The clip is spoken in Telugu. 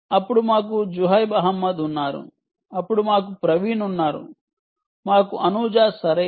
అప్పుడు మాకు జుహైబ్ అహ్మద్ ఉన్నారు అప్పుడు మాకు ప్రవీణ్ ఉన్నారు ఆపై అనూజ ఉన్నారు సరే